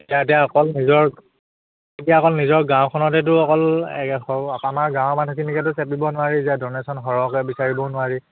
এতিয়া এতিয়া অকল নিজৰ এতিয়া অকল নিজৰ গাঁওখনতেতো অকল এই চব আমাৰ গাঁৱৰ মানুহখিনিকেতো চেপিব নোৱাৰি যে ডনেশ্যন সৰহকৈ বিচাৰিবও নোৱাৰি